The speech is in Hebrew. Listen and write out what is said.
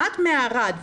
את מערד,